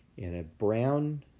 in a brown,